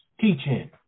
teaching